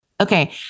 Okay